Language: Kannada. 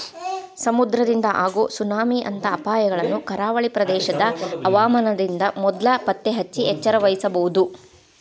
ಸಮುದ್ರದಿಂದ ಆಗೋ ಸುನಾಮಿ ಅಂತ ಅಪಾಯಗಳನ್ನ ಕರಾವಳಿ ಪ್ರದೇಶದ ಹವಾಮಾನದಿಂದ ಮೊದ್ಲ ಪತ್ತೆಹಚ್ಚಿ ಎಚ್ಚರವಹಿಸಬೊದು